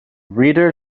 reader